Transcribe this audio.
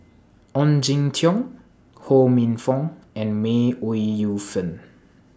Ong Jin Teong Ho Minfong and May Ooi Yu Fen